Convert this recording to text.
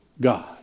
God